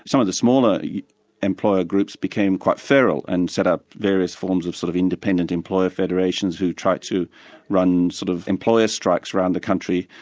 of the smaller employer groups became quite feral and set up various forms of sort of independent employer federations who tried to run sort of employer strikes around the country,